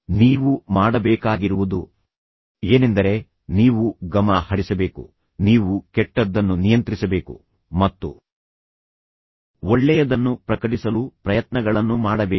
ನೀವು ಮಾಡಬೇಕಾಗಿರುವುದು ಏನೆಂದರೆ ನೀವು ಗಮನ ಹರಿಸಬೇಕು ನೀವು ಕೆಟ್ಟದ್ದನ್ನು ನಿಯಂತ್ರಿಸಬೇಕು ಮತ್ತು ಒಳ್ಳೆಯದನ್ನು ಪ್ರಕಟಿಸಲು ಪ್ರಯತ್ನಗಳನ್ನು ಮಾಡಬೇಕು